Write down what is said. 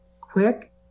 quick